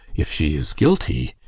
if she is guilty,